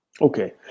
Okay